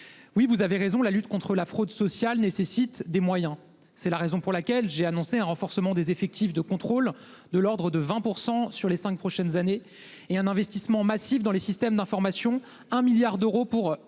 Oui vous avez raison, la lutte contre la fraude sociale nécessite des moyens. C'est la raison pour laquelle j'ai annoncé un renforcement des effectifs de contrôle de l'ordre de 20% sur les 5 prochaines années et un investissement massif dans les systèmes d'information. Un milliard d'euros pour